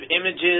images